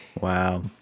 Wow